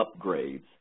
upgrades